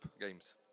games